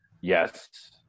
yes